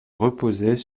reposait